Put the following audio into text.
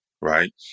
right